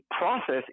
process